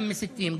גם מסיתים,